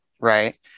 right